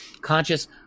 conscious